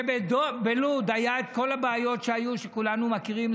בלוד היו כל הבעיות שכולנו מכירים,